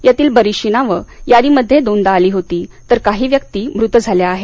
यातील बरीचशी नावं यादीमध्ये दोनदा आली होती तर काही व्यक्ति मृत झाल्या आहेत